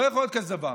לא יכול להיות כזה דבר.